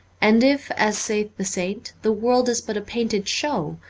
and if, as saith the saint. the world is but a painted show,